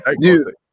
Dude